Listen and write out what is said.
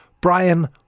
Brian